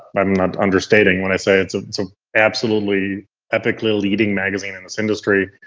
i'm not understating when i say it's ah so absolutely epic leading magazine in this industry,